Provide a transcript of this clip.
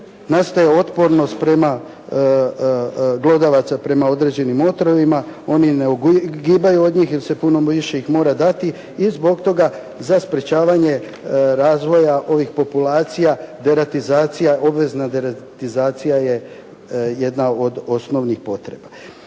nastaje otpornost glodavaca prema određenim otrovima. Oni ne ugibaju od njih jer se puno mišjih mora dati i zbog toga za sprječavanje razvoja ovih populacija, deratizacija, obvezna deratizacija je jedna od osnovnih potreba.